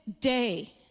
day